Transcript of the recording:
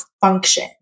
function